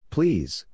Please